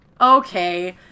Okay